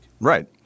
right